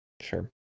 Sure